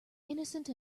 innocent